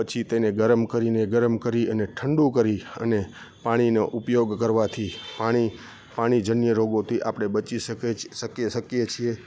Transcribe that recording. પછી તેને ગરમ કરીને ગરમ કરી અને ઠંડુ કરી અને પાણીનો ઉપયોગ કરવાથી પાણીજન્ય રોગોથી આપણે બચી શકે શકે શકીએ છીએ